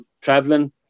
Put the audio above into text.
traveling